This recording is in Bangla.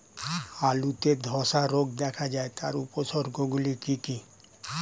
আলুতে ধ্বসা রোগ দেখা দেয় তার উপসর্গগুলি কি কি?